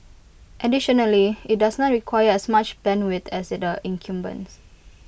additionally IT does not require as much bandwidth as they the incumbents